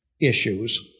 issues